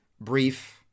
brief